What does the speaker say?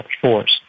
force